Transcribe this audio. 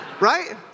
Right